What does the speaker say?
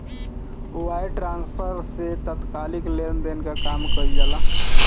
wire transfer से तात्कालिक लेनदेन कअ काम कईल जाला